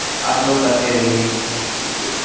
आप लोग करते रहिए